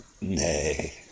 nay